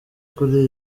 kuri